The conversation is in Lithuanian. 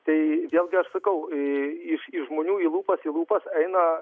tai vėlgi aš sakau į iš žmonių į lūpas į lūpas eina